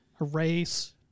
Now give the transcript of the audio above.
Erase